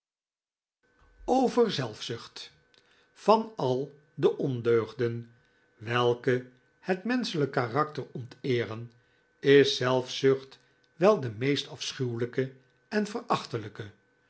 zelfzucht van al de ondeugden welke het menschelijk karakter onteeren is zelfzucht wel de meest afschuwelijke en verachtelijke